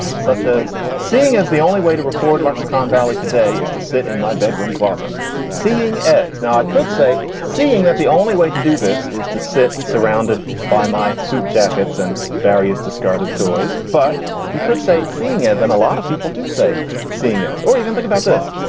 such as seeing as the only way to record lexicon valley today is to sit in my bedroom closet seeing as now i could say, seeing that the only way to do this is to sit surrounded by my suit jackets and various discarded toys. but you could say seeing as and a lot of people do say seeing as or even think about this.